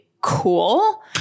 cool